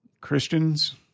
Christians